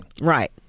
Right